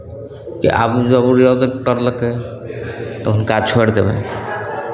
के आब जँ ओ जँ रद्द करलकै तऽ हुनका छोड़ि देबनि